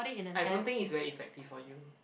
I don't think it's very effective for you